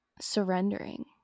surrendering